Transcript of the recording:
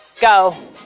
go